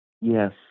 Yes